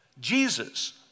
Jesus